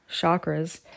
chakras